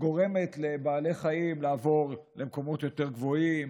גורמים לבעלי חיים לעבור למקומות יותר גבוהים,